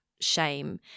shame